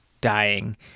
dying